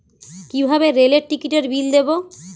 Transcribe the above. কিভাবে রেলের টিকিটের বিল দেবো?